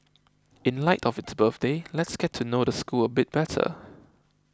in light of its birthday let's get to know the school a bit better